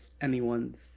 anyone's